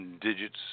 digits